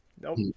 nope